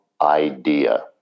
idea